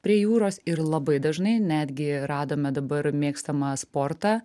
prie jūros ir labai dažnai netgi radome dabar mėgstamą sportą